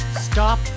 stop